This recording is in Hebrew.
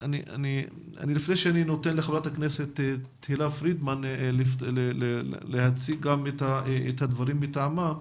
לפני שאני נותן לחברת הכנסת תהלה פרידמן להציג את הדברים מטעמה,